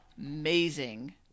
amazing